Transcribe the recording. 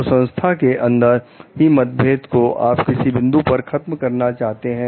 तो संस्था के अंदर ही मतभेद को आप किसी बिंदु पर खत्म करना चाहते हैं